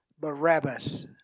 Barabbas